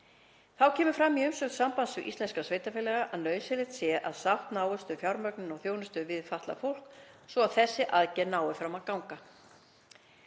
Þá kemur fram í umsögn Sambands íslenskra sveitarfélaga að nauðsynlegt sé að sátt náist um fjármögnun þjónustu við fatlað fólk svo að þessi aðgerð nái fram að ganga.